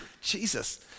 Jesus